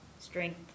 strength